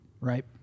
right